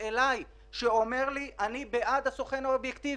שלח לי מכתב שאומר: אני בעד הסוכן האובייקטיבי.